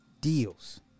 deals